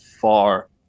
far